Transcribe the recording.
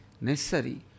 necessary